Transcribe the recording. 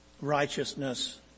righteousness